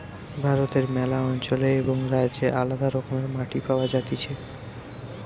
ভারতে ম্যালা অঞ্চলে এবং রাজ্যে আলদা রকমের মাটি পাওয়া যাতিছে